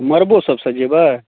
मड़बोसब सजेबै